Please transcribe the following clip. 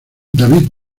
david